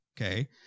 Okay